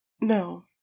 No